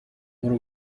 muri